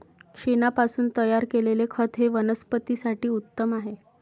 शेणापासून तयार केलेले खत हे वनस्पतीं साठी उत्तम आहे